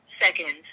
seconds